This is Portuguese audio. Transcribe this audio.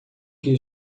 que